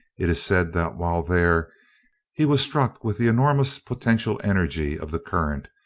it is said that while there he was struck with the enormous potential energy of the current,